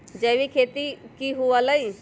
जैविक खेती की हुआ लाई?